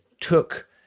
took